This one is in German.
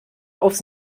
aufs